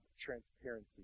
transparency